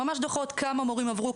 כמה מורים עברו?